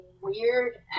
weird